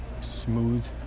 smooth